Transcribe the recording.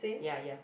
ya ya